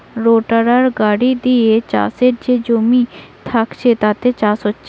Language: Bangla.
রোটাটার গাড়ি দিয়ে চাষের যে জমি থাকছে তাতে চাষ হচ্ছে